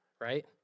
right